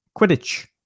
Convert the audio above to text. Quidditch